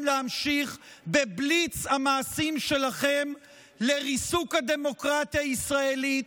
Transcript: להמשיך בבליץ המעשים שלכם לריסוק הדמוקרטיה הישראלית